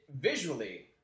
visually